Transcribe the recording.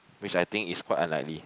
which I think is quite unlikely